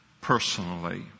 personally